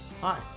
Hi